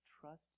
trust